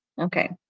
okay